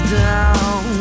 down